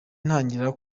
ntangira